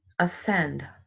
ascend